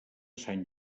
sant